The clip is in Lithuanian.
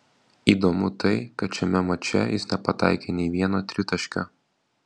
įdomu tai kad šiame mače jis nepataikė nei vieno tritaškio